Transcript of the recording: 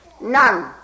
none